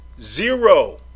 zero